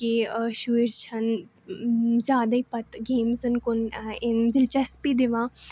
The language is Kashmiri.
کہِ شُرۍ چھَ نہٕ زیادَے پَتہٕ گیمزَن کُن دِلچَسپی دِوان